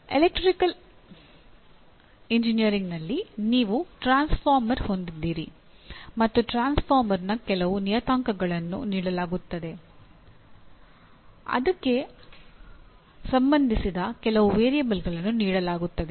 electrical ಎಂಜಿನಿಯರಿಂಗ್ನಲ್ಲಿ ನೀವು transformer ಹೊಂದಿದ್ದೀರಿ ಮತ್ತು ಟ್ರಾನ್ಸ್ಫಾರ್ಮರ್ನ ಕೆಲವು ನಿಯತಾಂಕಗಳನ್ನು ನೀಡಲಾಗುತ್ತದೆ ಅಥವಾ ಅದಕ್ಕೆ ಸಂಬಂಧಿಸಿದ ಕೆಲವು ವೇರಿಯಬಲ್ಗಳನ್ನು ನೀಡಲಾಗುತ್ತದೆ